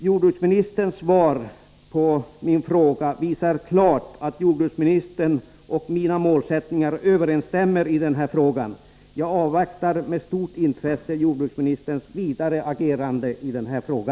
Jordbruksministerns svar på min fråga visar klart att jordbruksministerns och mina målsättningar överensstämmer i den fråga det här gäller. Jag avvaktar med stort intresse jordbruksministerns vidare agerande i denna fråga.